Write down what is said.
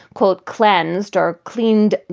quote, cleansed or cleaned.